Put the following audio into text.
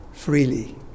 Freely